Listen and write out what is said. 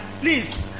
please